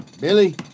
Billy